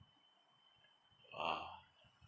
ah